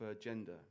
gender